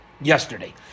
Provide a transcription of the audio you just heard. yesterday